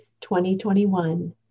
2021